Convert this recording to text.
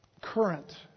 current